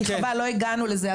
כי לא הגענו לזה,